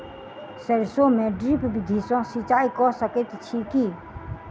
सैरसो मे ड्रिप विधि सँ सिंचाई कऽ सकैत छी की?